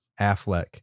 Affleck